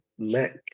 Mac